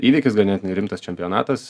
įvykis ganėtinai rimtas čempionatas